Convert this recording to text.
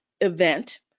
event